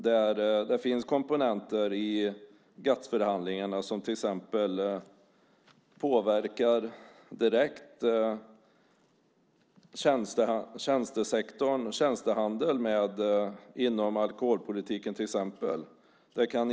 Det finns komponenter i GATS-förhandlingarna som till exempel direkt påverkar tjänstehandeln inom alkoholpolitiken.